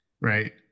right